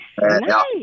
nice